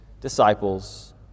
disciples